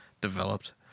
developed